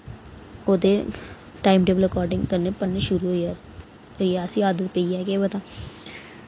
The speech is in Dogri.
ओह्दे टाइम टेबल अकार्डिंग करने पढ़ने शुरू होई गेआ होई गेआ असें आदत पेई गेआ गै पता